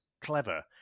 clever